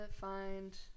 find